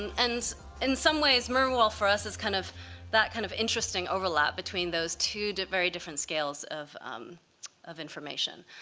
and and in some ways, murmur wall, for us, is kind of that kind of interesting overlap between those two very different scales of of information.